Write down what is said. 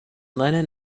lennon